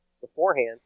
beforehand